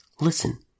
Listen